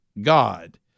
God